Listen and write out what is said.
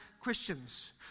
Christians